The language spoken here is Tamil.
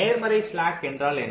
நேர்மறை ஸ்லாக் என்றால் என்ன